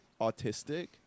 autistic